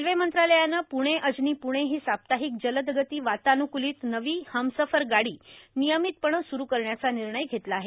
railway मंत्रालयानं प्णे अजनी प्णे ही साप्ताहिक जलदगती वातानुक्लित नवी हमसफर गाडी नियमितपणं सुरू करण्याचा निर्णय घेतला आहे